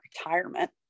retirement